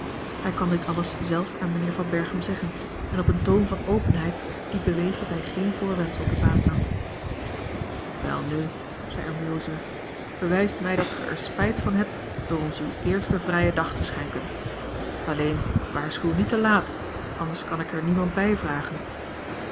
hij kwam dit alles zelf aan mijnheer van berchem zeggen en op een toon van openheid die bewees dat hij geen voorwendsel te baat nam welnu zei oom jozua bewijst mij dat gij er spijt van hebt door ons uw eersten vrijen dag te schenken alleen waarschuw niet te laat anders kan ik er niemand bij vragen